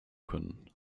können